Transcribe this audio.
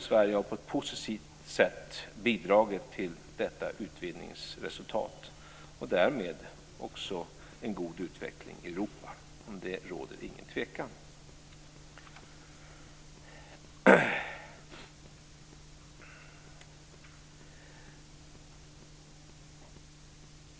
Sverige har på ett positivt sätt bidragit till detta utvidgningsresultat och därmed också en god utveckling i Europa. Om det råder ingen tvekan.